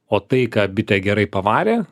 o tai ką bitė gerai pavarė